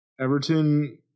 Everton